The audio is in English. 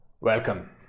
Welcome